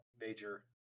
major